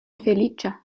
feliĉa